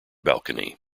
balcony